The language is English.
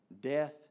death